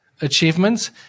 achievements